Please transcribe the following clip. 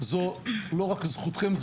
זו לא רק זכותכם,